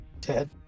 Ted